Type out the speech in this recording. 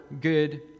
good